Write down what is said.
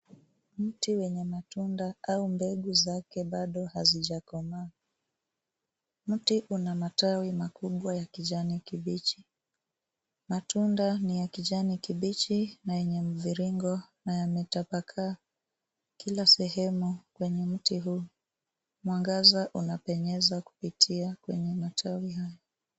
Mti wenye matunda au mbegu zake bado hazijakomaa. Mti una matawi makubwa ya kijani kibichi. Matunda ni ya kijani kibichi na yenye mviringo na yametapakaa kila sehemu kwenye mti huu. Mwangaza unapenyeza kupitia kwenye matawi hayo.